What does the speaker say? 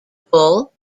bull